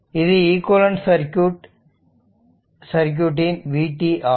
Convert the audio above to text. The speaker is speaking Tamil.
இது ஈக்விலெண்ட்சர்க்யூட் இன் vt ஆகும்